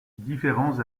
différents